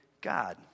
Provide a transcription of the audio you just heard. God